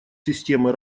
системы